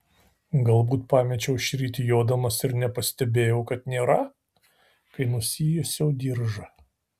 galbūt pamečiau šįryt jodamas ir nepastebėjau kad nėra kai nusijuosiau diržą